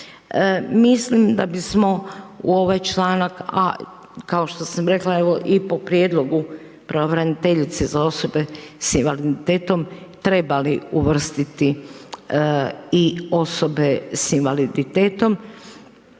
Mislim da bismo u ovaj članak, kao što sam rekla i po prijedlogu pravobraniteljice za osobe s invaliditetom trebali uvrstiti i osobe s invaliditetom